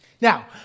Now